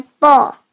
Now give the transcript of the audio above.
ball